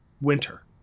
winter